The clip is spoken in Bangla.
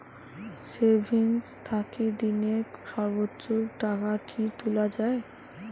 সেভিঙ্গস থাকি দিনে সর্বোচ্চ টাকা কি তুলা য়ায়?